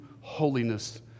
holiness